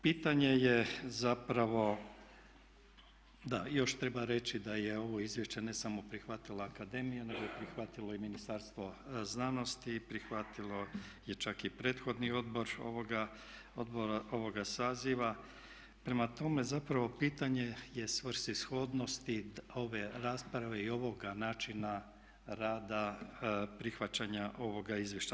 Pitanje je zapravo, da, još treba reći da je ovo izvješće ne samo prihvatila akademija nego je prihvatilo i Ministarstvo znanosti, prihvatio je čak i prethodni odbor ovoga saziva prema tome zapravo pitanje je svrsishodnosti ove rasprave i ovoga načina rada prihvaćanja ovoga izvješća.